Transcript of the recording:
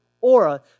aura